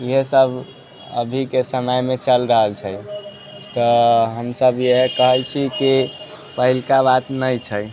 इएह सब अभीके समयमे चलि रहल छै तऽ हमसब इहे कहै छी कि पहिलका बात नहि छै